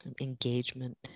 engagement